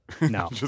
No